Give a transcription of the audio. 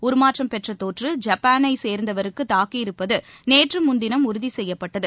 உருமாற்றம் பெற்ற தொற்று ஐப்பானைச் சேர்ந்தவருக்கு தாக்கியிருப்பது நேற்று முன்தினம் உறுதி செய்யப்பட்டது